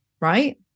Right